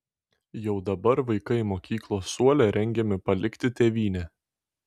jau dabar vaikai mokyklos suole rengiami palikti tėvynę